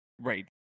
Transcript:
Right